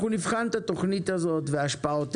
אנחנו נבחן את התוכנית והשפעותיה.